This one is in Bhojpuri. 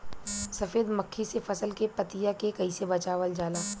सफेद मक्खी से फसल के पतिया के कइसे बचावल जाला?